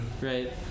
right